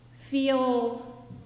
feel